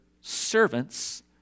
servants